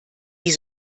die